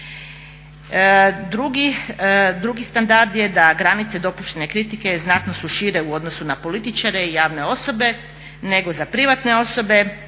Drugi standard je da granice dopuštene kritike znatno su šire u odnosu na političare i javne osobe nego za privatne osobe